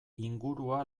ingurua